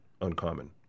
uncommon